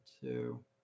two